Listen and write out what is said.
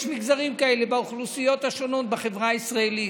יש מגזרים כאלה באוכלוסיות השונות בחברה הישראלית.